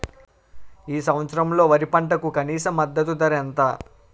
ఈ సంవత్సరంలో వరి పంటకు కనీస మద్దతు ధర ఎంత?